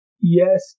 Yes